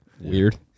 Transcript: Weird